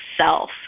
self